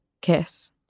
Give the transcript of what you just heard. Kiss